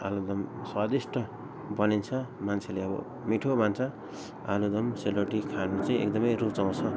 आलुदम स्वादिष्ठ बनिन्छ मान्छेले अब मिठो मान्छ आलुदम सेलरोटी खानु चाहिँ एकदमै रुचाउँछ